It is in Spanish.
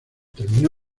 terminó